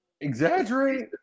Exaggerate